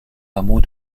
hameau